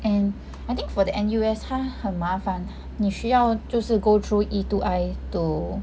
and I think for the N_U_S 他很麻烦你需要就是 go through E two I to